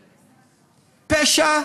פשע,